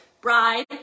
bride